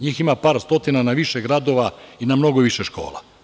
NJih ima par stotina na više gradova i na mnogo više škola.